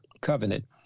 covenant